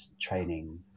training